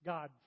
God